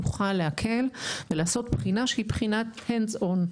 נוכל להקל ולעשות בחינה שהיא בחינת hands on.